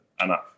Enough